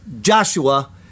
Joshua